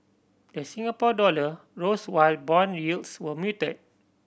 the Singapore dollar rose while bond yields were muted